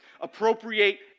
Appropriate